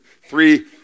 three